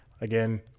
Again